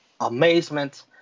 amazement